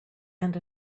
and